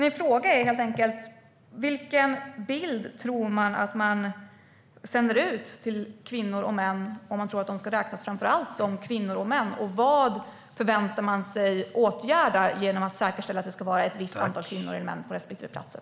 Min fråga är helt enkelt: Vilken bild tror man att man sänder ut till kvinnor och män om man tror att de ska räknas framför allt som kvinnor och män? Vad förväntar man sig att åtgärda genom att säkerställa att det ska vara ett visst antal kvinnor respektive män på olika platser?